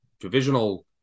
divisional